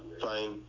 fine